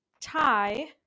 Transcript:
tie